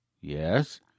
Yes